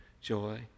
joy